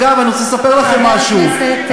אגב, אני רוצה לספר לכם משהו, חבר הכנסת גל.